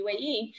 UAE